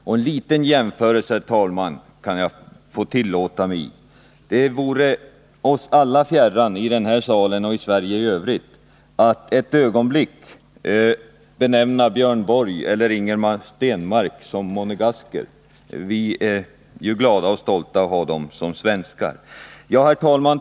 Jag vill gärna tillåta mig, herr talman, att i det här sammanhanget göra en reflexion: Det vore oss alla i den här kammaren och i landet i övrigt fjärran att ett ögonblick benämna Björn Borg eller Ingemar Stenmark som monegasker. Vi är ju alla glada och stolta över att ha dem som svenskar. Herr talman!